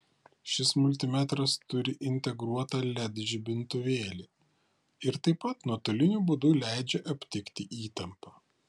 šis multimetras turi integruotą led žibintuvėlį ir taip pat nuotoliniu būdu leidžia aptikti įtampą